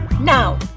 Now